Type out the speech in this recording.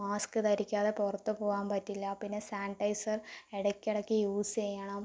mask ധരിക്കാതെ പുറത്തു പോകാൻ പറ്റില്ല പിന്നെ സാനിറ്റൈസർ ഇടയ്ക്കിടയ്ക്ക് യൂസ് ചെയ്യണം